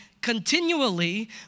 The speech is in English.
continually